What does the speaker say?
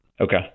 Okay